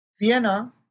vienna